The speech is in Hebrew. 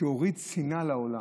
שהוריד שנאה לעולם,